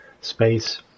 space